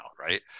right